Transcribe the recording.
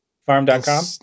Farm.com